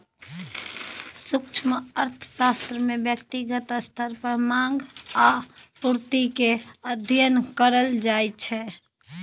सूक्ष्म अर्थशास्त्र मे ब्यक्तिगत स्तर पर माँग आ पुर्ति केर अध्ययन कएल जाइ छै